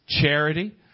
charity